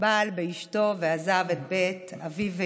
בעל באשתו ועזב את בית אביו ואמו.